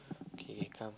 K come